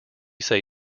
say